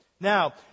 Now